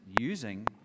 using